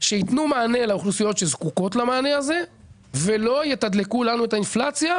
שייתנו מענה לאוכלוסיות שזקוקות למענה הזה ולא יתדלקו לנו את האינפלציה,